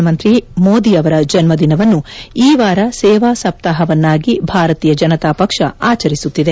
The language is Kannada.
ನರೇಂದ್ರ ಮೋದಿಯವರ ಜನ್ಮದಿನವನ್ನು ಈ ವಾರ ಸೇವಾ ಸಪ್ತಾಹ ವನ್ನಾಗಿ ಭಾರತೀಯ ಜನತಾ ಪಕ್ಷ ಆಚರಿಸುತ್ತಿದೆ